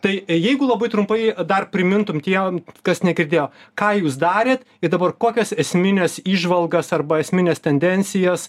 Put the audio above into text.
tai jeigu labai trumpai dar primintum tiem kas negirdėjo ką jūs darėt i dabar kokias esmines įžvalgas arba esmines tendencijas